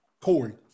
Corey